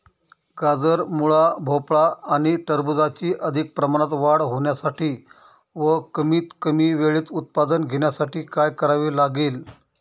गाजर, मुळा, भोपळा आणि टरबूजाची अधिक प्रमाणात वाढ होण्यासाठी व कमीत कमी वेळेत उत्पादन घेण्यासाठी काय करावे लागेल?